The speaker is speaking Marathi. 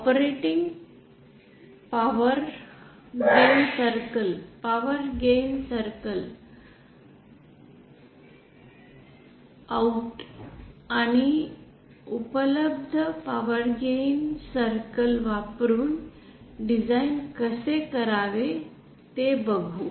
operating power circle power gain circle out आणि उपलब्ध पॉवर गेन सर्कल वापरुन डिझाइन कसे करावे ते बघू